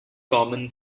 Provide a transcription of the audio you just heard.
common